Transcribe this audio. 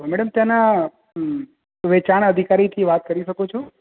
madam ત્યાંનાં વેચાણ અધિકારીથી વાત કરી શકું છું